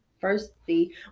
firstly